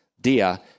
dia